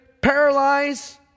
paralyze